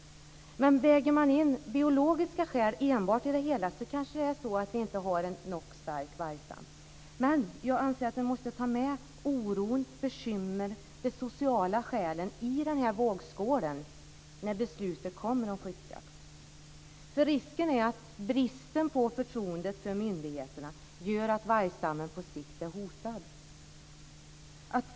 Men om man enbart väger in biologiska skäl kanske det inte finns en nog stark vargstam. Men vi måste ta med oron, bekymren, de sociala skälen, i vågskålen när beslutet om skyddsjakt ska fattas. Risken för brist på förtroende för myndigheterna gör att vargstammen på sikt är hotad.